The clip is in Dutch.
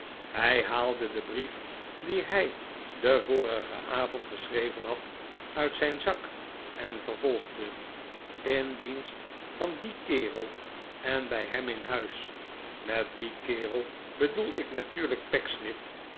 hij haalde den brief dien hij den vorigen avond geschreven had uit zijn zak en vervolgde in dienst van dien kerel en bij hem in huis met dien kerel bedoel ik natuurlijk